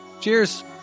cheers